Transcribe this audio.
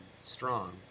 strong